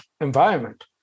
environment